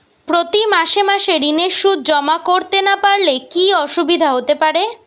প্রতি মাসে মাসে ঋণের সুদ জমা করতে না পারলে কি অসুবিধা হতে পারে?